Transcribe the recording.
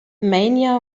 mania